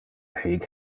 hic